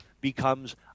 becomes